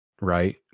Right